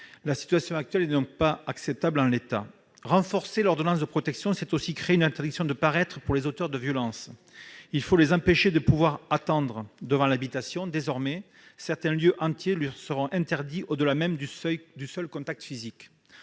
La situation actuelle n'est donc pas acceptable en l'état. Renforcer l'ordonnance de protection, c'est aussi créer une interdiction de paraître pour les auteurs de violences. Il faut les empêcher d'attendre devant l'habitation. Désormais, certains lieux entiers leur seront interdits, au-delà même du seul contact physique.